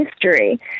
history